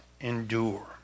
endure